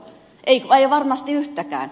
ei varmasti yhtäkään